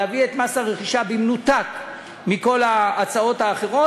להביא את מס הרכישה במנותק מכל ההצעות האחרות.